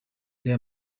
reba